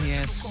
Yes